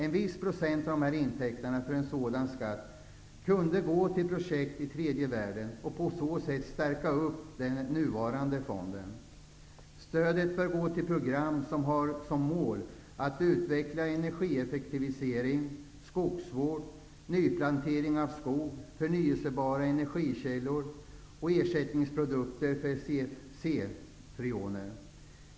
En viss procent av intäkterna från en sådan skatt kunde gå till projekt i tredje världen och på det sättet stärka den nuvarande fonden. Stödet bör gå till program som har som mål att utveckla energieffektivisering, skogsvård, nyplantering av skog, förnyelsebara energikällor och ersättningsprodukter för CFC, freoner.